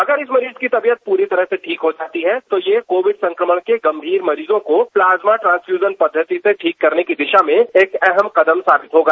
अगर इस मरीज की तबीयत पूरी तरह से ठीक हो सकती है तो ये कोविड संक्रमण के गंभीर मरीजों को प्लाज्मा ट्रांसफ्यूजन पद्वति से ठीक करने की दिशा में एक अहम कदम साबित होगा